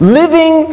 living